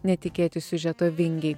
netikėti siužeto vingiai